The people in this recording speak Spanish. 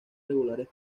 regulares